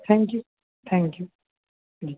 thank you thank you ji